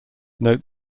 note